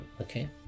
okay